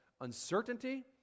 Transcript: uncertainty